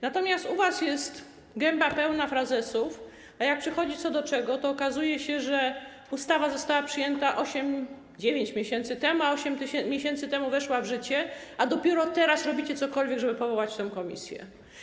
Natomiast u was jest gęba pełna frazesów, a jak przychodzi co do czego, to okazuje się, że ustawa została przyjęta 8, 9 miesięcy temu, 8 miesięcy temu weszła w życie, a dopiero teraz robicie cokolwiek, żeby powołać tę komisję.